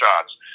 shots